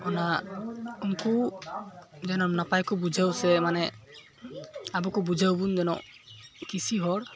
ᱚᱱᱟ ᱩᱱᱠᱚ ᱡᱮᱱᱚ ᱱᱟᱯᱟᱭᱠᱚ ᱵᱤᱡᱷᱟᱹᱣ ᱥᱮ ᱢᱟᱱᱮ ᱟᱵᱚᱠᱚ ᱵᱩᱡᱷᱟᱹᱣᱵᱚᱱ ᱡᱮᱱᱚ ᱠᱤᱥᱤ ᱦᱚᱲ